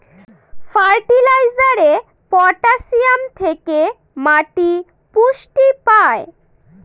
ফার্টিলাইজারে পটাসিয়াম থেকে মাটি পুষ্টি পায়